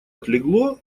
отлегло